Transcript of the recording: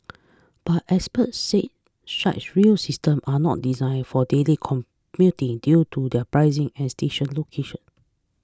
but experts said such rail systems are not designed for daily commuting due to their pricing and station locations